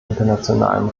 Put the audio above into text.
internationalem